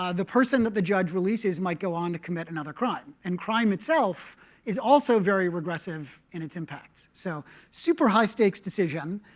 ah the person that the judge releases might go on to commit another crime. and crime itself is also very regressive in its impact. so super high-stakes decision.